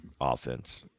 offense